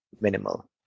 minimal